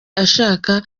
ashaka